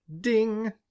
Ding